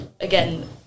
again